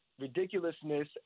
Ridiculousness